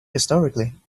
historically